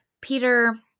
Peter